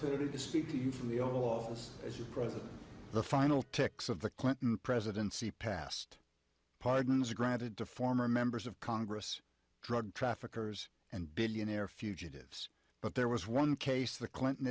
present the final ticks of the clinton presidency past pardons granted to former members of congress drug traffickers and billionaire fugitives but there was one case the clinton